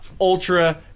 Ultra